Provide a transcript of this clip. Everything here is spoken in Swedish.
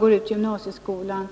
går ut gymnasieskolan.